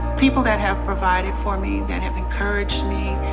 people that have provided for me, that have encouraged me,